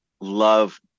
love